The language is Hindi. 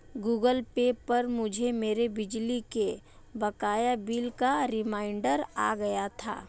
गूगल पे पर मुझे मेरे बिजली के बकाया बिल का रिमाइन्डर आ गया था